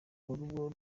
urugo